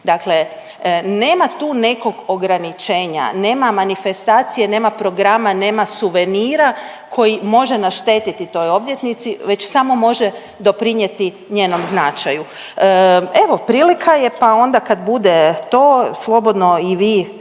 Dakle, nema tu nekog ograničenja, nema manifestacije, nema programa, nema suvenira koji može naštetiti toj obljetnici već samo može doprinijeti njenom značaju. Evo, prilika je pa onda kad bude to slobodno i vi,